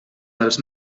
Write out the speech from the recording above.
dels